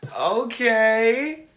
Okay